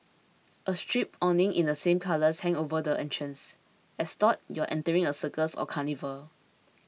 a striped awning in the same colours hang over the entrance as though you are entering a circus or carnival